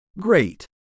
Great